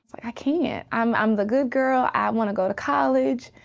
i can't. i'm i'm the good girl. i want to go to college.